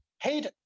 hate